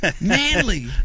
Manly